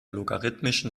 logarithmischen